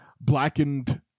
blackened